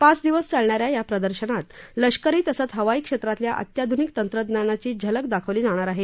पाच दिवस चालणाऱ्या या प्रदर्शनात लष्करी तसंच हवाई क्षेत्रातल्या अत्याधुनिक तंत्रज्ञानाची झलक दाखवली जाणार आहे